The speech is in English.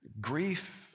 Grief